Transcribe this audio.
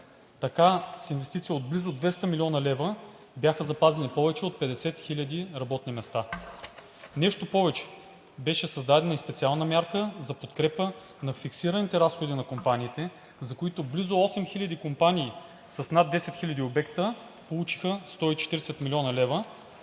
Така с инвестиция от близо 200 млн. лв. бяха запазени повече от 50 хил. работни места. Нещо повече, беше създадена и специална мярка за подкрепа на фиксираните разходи на компаниите, за които близо 8000 компании с над 10 000 обекта получиха 140 млн. лв.